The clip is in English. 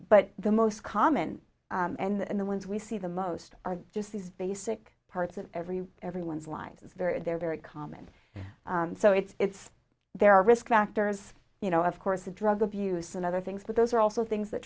but the most common and the ones we see the most are just these basic parts of every everyone's life is very they're very common so it's it's there are risk factors you know of course of drug abuse and other things but those are also things that